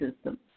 system